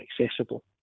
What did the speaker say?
accessible